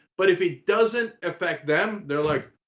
but if it doesn't affect them, they're like,